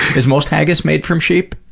is most haggis made from sheep?